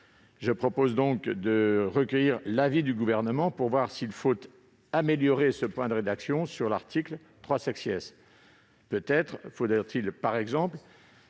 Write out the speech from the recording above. Je propose donc de recueillir l'avis du Gouvernement pour voir s'il faut améliorer ce point de rédaction de l'article 3 : peut-être faudrait-il, par exemple,